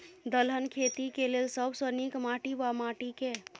दलहन खेती केँ लेल सब सऽ नीक माटि वा माटि केँ?